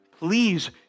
Please